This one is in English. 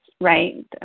right